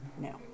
no